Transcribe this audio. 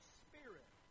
spirit